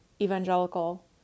evangelical